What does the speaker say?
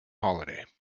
holiday